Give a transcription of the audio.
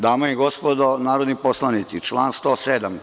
Dame i gospodo narodni poslanici, član 107.